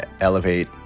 elevate